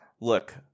look